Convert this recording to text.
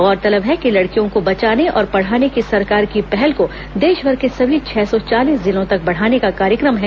गौरतलब है कि लड़कियों को बचाने और पढ़ाने की सरकार की पहल को देशभर के सभी छह सौ चालीस जिलों तक बढ़ाने का कार्यक्रम है